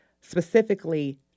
specifically